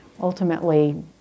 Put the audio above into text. ultimately